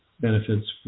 benefits